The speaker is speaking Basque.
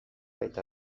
eta